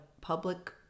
public